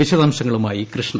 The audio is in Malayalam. വിശദാംശങ്ങളുമായി കൃഷ്ണ